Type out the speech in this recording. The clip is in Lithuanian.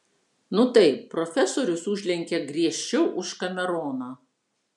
nu taip profesorius užlenkė griežčiau už kameroną